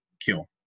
kill